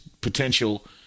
potential